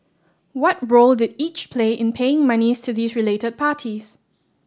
what role did each play in paying monies to these related parties